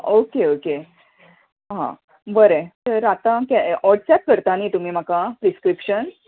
okay okay आं बरें तर आता वॉट्सेप करता नी तुमी म्हाका प्रिस्क्रीपशन